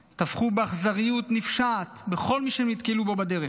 טבחו באכזריות נפשעת בכל מי שהם נתקלו בו בדרך,